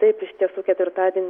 taip iš tiesų ketvirtadienį